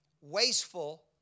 wasteful